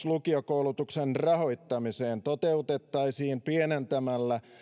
lukiokoulutuksen rahoittamiseen toteutettaisiin pienentämällä